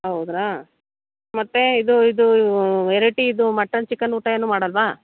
ಹೌದ್ರಾ ಮತ್ತೆ ಇದು ಇದು ವೆರೈಟಿದು ಮಟನ್ ಚಿಕನ್ ಊಟ ಏನು ಮಾಡೋಲ್ವಾ